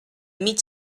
mig